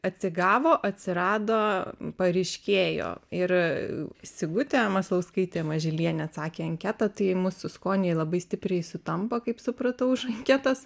atsigavo atsirado paryškėjo ir sigutė maslauskaitė mažylienė atsakė anketą tai mūsų skoniai labai stipriai sutampa kaip supratau iš anketos